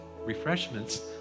refreshments